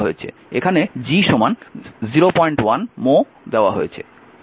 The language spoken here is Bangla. এটি G 01 mho দেওয়া হয়েছে